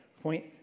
point